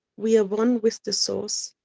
we are one with the source,